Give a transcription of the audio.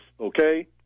okay